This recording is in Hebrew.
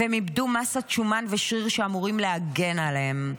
והם איבדו מסת שומן ושריר שאמורים להגן עליהם.